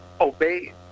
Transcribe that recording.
obey